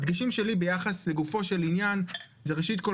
הדגשים שלי ביחס לגופו של עניין זה ראשית כל,